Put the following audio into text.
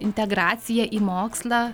integracija į mokslą